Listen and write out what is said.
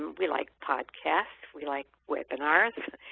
we like podcasts. we like webinars,